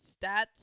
stats